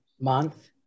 month